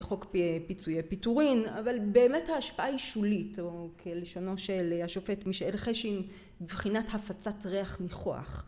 חוק פיצוי פיטורין אבל באמת ההשפעה היא שולית או כלשונו של השופט מישאל חשין בבחינת הפצת ריח ניחוח